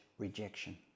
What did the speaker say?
rejection